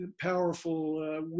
powerful